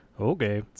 Okay